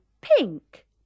pink